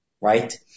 right